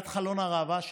את חלון הראווה שלי.